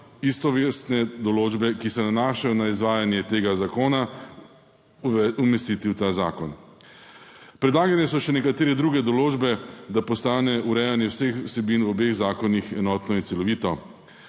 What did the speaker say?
istovrstne določbe, ki se nanašajo na izvajanje tega zakona, umestiti v ta zakon. Predlagane so še nekatere druge določbe, da postane urejanje vseh vsebin v obeh zakonih enotno in celovito.